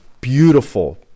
beautiful